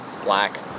black